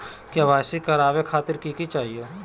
KYC करवावे खातीर कि कि चाहियो?